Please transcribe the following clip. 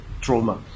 trauma